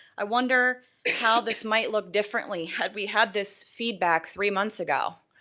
i wonder how this might look differently had we had this feedback three months ago.